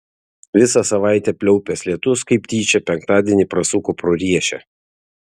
visą savaitę pliaupęs lietus kaip tyčia penktadienį prasuko pro riešę